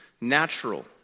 natural